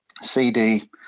CD